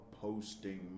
Posting